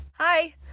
Hi